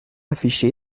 affiché